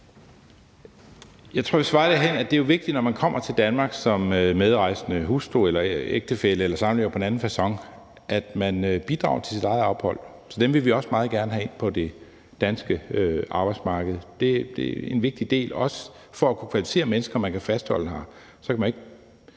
Jeg tror, jeg vil svare derhenad, at det jo er vigtigt, når man kommer til Danmark som medrejsende hustru eller ægtefælle eller samlever på anden facon, at man bidrager til sit eget ophold. Så dem vil vi også meget gerne have ind på det danske arbejdsmarked. Det er en vigtig del af det, også for at kunne rekruttere mennesker, man kan fastholde her; så kan man ikke